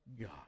God